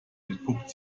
entpuppte